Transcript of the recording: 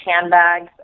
handbags